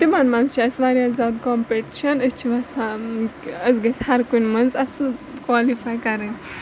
تِمَن منٛز چھِ اَسہِ واریاہ زیادٕ کَمپِٹِشَن أسۍ چھِ وٮ۪ژھان أسۍ گٔژھۍ ہَرکُنہِ منٛز اَصٕل کالِفاے کَرٕنۍ